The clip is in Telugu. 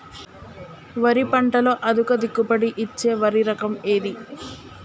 వరి పంట లో అధిక దిగుబడి ఇచ్చే వరి రకం ఏది?